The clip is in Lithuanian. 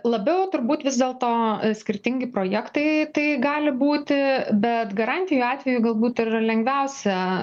labiau turbūt vis dėlto skirtingi projektai tai gali būti bet garantijų atveju galbūt ir yra lengviausia